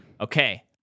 Okay